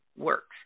works